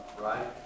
right